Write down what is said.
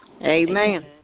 Amen